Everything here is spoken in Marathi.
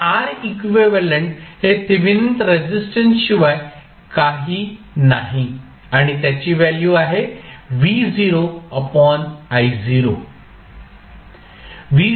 आता R इक्विव्हॅलेंट हे थेवेनिन रेसिस्टन्स शिवाय काही नाही आणि त्याची व्हॅल्यू आहे